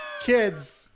kids